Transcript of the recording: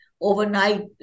overnight